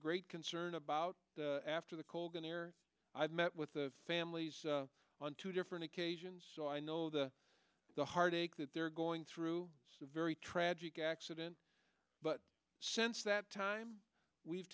great concern about after the colgan air i've met with the families on two different occasions so i know the heartache that they're going through a very tragic accident but since that time we've